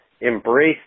embrace